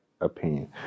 opinion